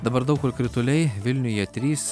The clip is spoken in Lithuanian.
dabar daug kur krituliai vilniuje trys